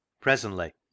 Presently